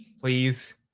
please